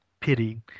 pity